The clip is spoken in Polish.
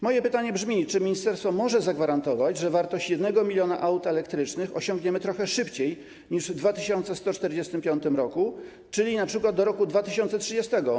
Moje pytanie brzmi: Czy ministerstwo może zagwarantować, że wielkość 1 mln aut elektrycznych osiągniemy trochę szybciej niż w 2145 r., czyli np. do roku 2030?